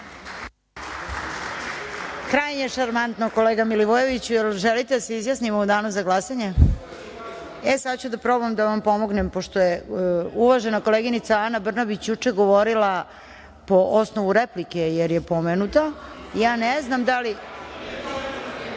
Krajnje šarmantno, kolega Milivojeviću. Da li želite da se izjasnimo u danu za glasanje? (Ne.)E, sada ću da probam da vam pomognem. Pošto je uvažena koleginica Ana Brnabić juče govorila po osnovu replike, jer je pomenuta, ja ne znam da li...